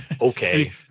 okay